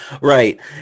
Right